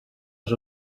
els